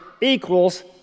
equals